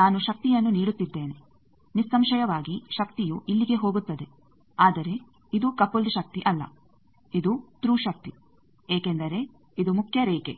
ನಾನು ಶಕ್ತಿಯನ್ನು ನೀಡುತ್ತಿದ್ದೇನೆ ನಿಸ್ಸಂಶಯವಾಗಿ ಶಕ್ತಿಯು ಇಲ್ಲಿಗೆ ಹೋಗುತ್ತದೆ ಆದರೆ ಇದು ಕಪಲ್ಡ್ ಶಕ್ತಿ ಅಲ್ಲ ಇದು ತ್ರೂ ಶಕ್ತಿ ಏಕೆಂದರೆ ಇದು ಮುಖ್ಯ ರೇಖೆ